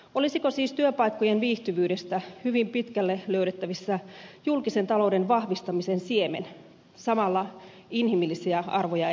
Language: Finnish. olisiko siis työpaikkojen viihtyvyydestä löydettävissä hyvin pitkälle julkisen talouden vahvistamisen siemen samalla inhimillisiä arvoja edistäen